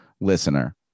listener